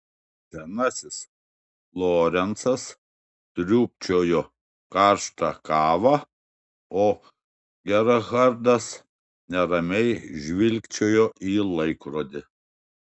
senasis lorencas sriūbčiojo karštą kavą o gerhardas neramiai žvilgčiojo į laikrodį